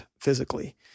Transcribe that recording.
physically